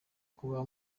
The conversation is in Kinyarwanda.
kuba